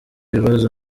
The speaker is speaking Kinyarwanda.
bibazo